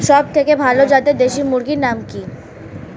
সবচেয়ে ভালো জাতের দেশি মুরগির নাম কি?